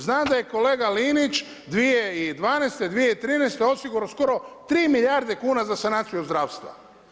Znam da je kolega Linić 2012., 2013. osigurao skoro 3 milijarde kuna za sanaciju zdravstva.